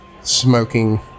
smoking